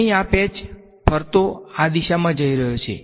અહીં આ પેચ ફરતો આ દિશામાં જઈ રહ્યો છે